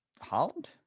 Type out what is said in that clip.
Holland